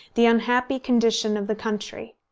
the unhappy condition of the country.